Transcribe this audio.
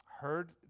heard